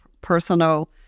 personal